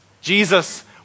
Jesus